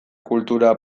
kultura